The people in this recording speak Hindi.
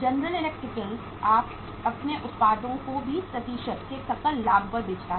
जनरल इलेक्ट्रिक अपने उत्पादों को 20 के सकल लाभ पर बेचता है